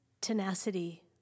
tenacity